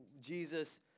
Jesus